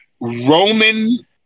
Roman